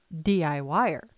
DIYer